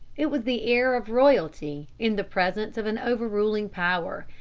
it was the air of royalty in the presence of an overruling power.